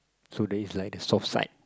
so there is like the soft side